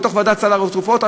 בוועדת סל התרופות,